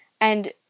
and-